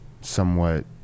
somewhat